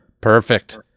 perfect